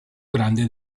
grande